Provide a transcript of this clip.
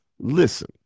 listen